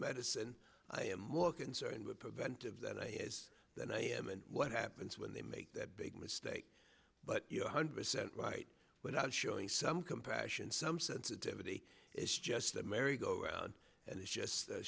medicine i am more concerned with preventive that i has than i am and what happens when they make that big mistake but one hundred percent right without showing some compassion some sensitivity is just a merry go round and it's just a